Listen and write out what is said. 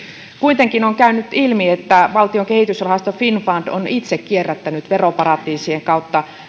kuitenkin on käynyt ilmi että valtion kehitysrahasto finnfund on itse kierrättänyt veroparatiisien